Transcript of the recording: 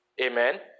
Amen